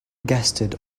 guested